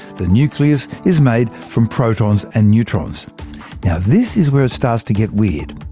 the nucleus is made from protons and neutrons this is where it starts to get weird.